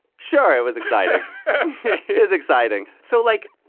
sure, it was exciting it was exciting so, like,